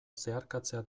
zeharkatzea